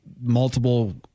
multiple